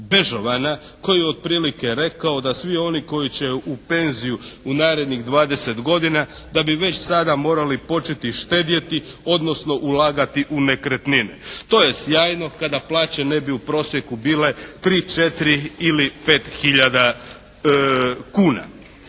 Bežovana koji je otprilike rekao da svi oni koji će u penziju u narednih 20 godina da bi već sada morali početi štedjeti odnosno ulagati u nekretnine. To je sjajno kada plaće ne bi u prosjeku bile 3, 4 ili 5 hiljada kuna.